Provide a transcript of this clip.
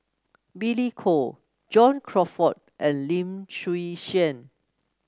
Billy Koh John Crawfurd and Lim Chwee Chian